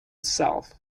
self